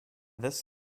this